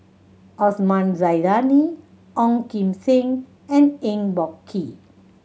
Osman Zailani Ong Kim Seng and Eng Boh Kee